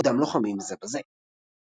בעודם לוחמים זה בזה.